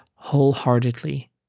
wholeheartedly